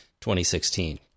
2016